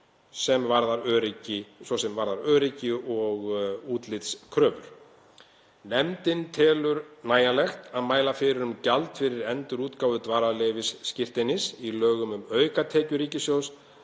sem varðandi öryggis- og útlitskröfur. Nefndin telur nægjanlegt að mæla fyrir um gjald fyrir endurútgáfu dvalarleyfisskírteinis í lögum um aukatekjur ríkissjóðs